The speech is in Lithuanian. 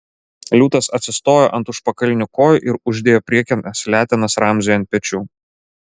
liūtas atsistojo ant užpakalinių kojų ir uždėjo priekines letenas ramziui ant pečių